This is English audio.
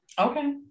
okay